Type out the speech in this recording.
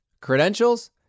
Credentials